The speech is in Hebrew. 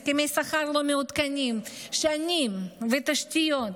הסכמי שכר שלא מעודכנים שנים ותשתיות.